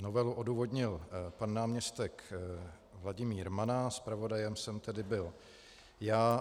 Novelu odůvodnil pan náměstek Vladimír Mana, zpravodajem jsem byl já.